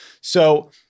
So-